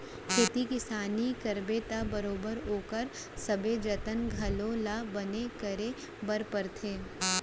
खेती किसानी करबे त बरोबर ओकर सबे जतन घलौ ल बने करे बर परथे